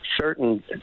certain